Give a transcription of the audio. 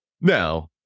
Now